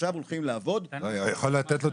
עכשיו הולכים לעבוד --- אתה יכול לתת לו